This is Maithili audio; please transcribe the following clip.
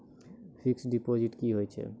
फिक्स्ड डिपोजिट की होय छै?